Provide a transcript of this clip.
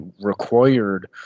required